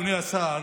אדוני השר,